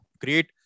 great